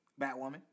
Batwoman